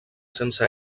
sense